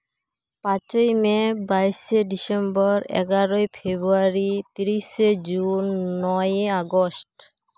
ᱯᱟᱸᱪᱳᱭ May ᱵᱟᱭᱤᱥᱮ December ᱮᱜᱟᱨᱳᱭ February ᱛᱤᱨᱤᱥᱮ ᱡᱩᱱ ᱱᱚᱭᱮ ᱟᱜᱚᱥᱴ